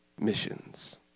missions